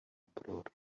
uproar